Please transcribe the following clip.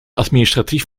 administratief